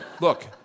look